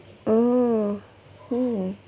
oh hmm